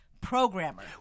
programmer